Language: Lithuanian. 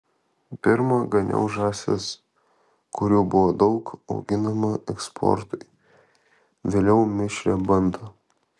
pirma ganiau žąsis kurių buvo daug auginama eksportui vėliau mišrią bandą